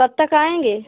कब तक आएँगे